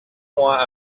why